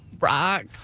rock